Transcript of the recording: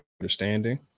understanding